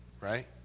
right